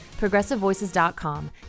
ProgressiveVoices.com